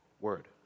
word